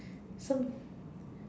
some